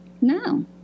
No